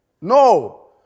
No